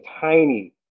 tiny